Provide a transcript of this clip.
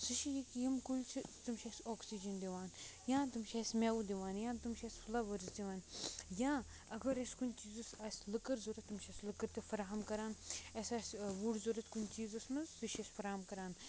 سُہ چھُ یہِ کہِ یِم کُلۍ چھِ تِم چھ اسہِ اوکسیٖجَن دِوان یا تِم چھِ اسہِ میٚوٕ دِوان یا تِم چھِ اسہِ فلوٲرس دِوان یا اگر أسۍ کُنہِ چیٖزِس آسہِ لکٕر ضوٚرَتھ تِم چھِ اسہِ لکٕر تہِ فراہم کران اسہِ آسہِ وُڈ ضوٚرَتھ کُنہِ چیٖزَس منٛز سُہ چھُ اسہِ فراہم کران